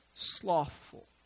slothful